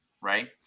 right